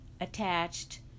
attached